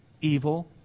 evil